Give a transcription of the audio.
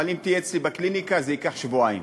אבל אם תהיה אצלי בקליניקה זה ייקח שבועיים.